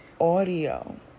Audio